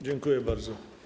Dziękuję bardzo.